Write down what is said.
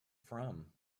from